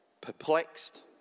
perplexed